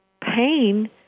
pain